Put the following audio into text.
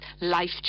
life